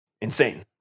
insane